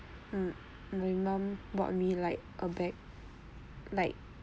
mm my mum bought me like a bag like